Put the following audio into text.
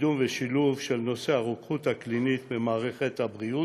לקידום ולשילוב של נושא הרוקחות הקלינית במערכת הבריאות,